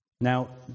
Now